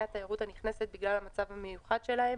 התיירות הנכנסת בגלל המצב המיוחד שלהם